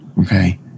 Okay